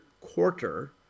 quarter